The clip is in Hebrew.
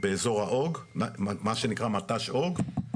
באזור האוג, מה שנקרא מט"ש אוג,